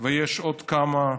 ויש עוד כמה.